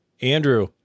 Andrew